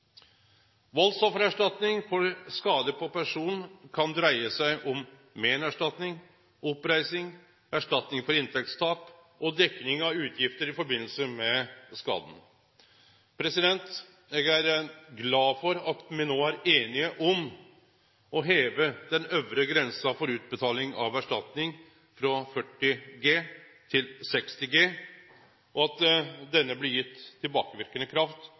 Valdsoffererstatning for skade på person kan dreie seg om meinerstatning, oppreising, erstatning for inntektstap og dekning av utgifter i samband med skaden. Eg er glad for at me no er einige om å heve den øvre grensa for utbetaling av erstatning frå 40 G til 60 G, og at det blir gitt tilbakeverkande kraft